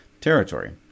Territory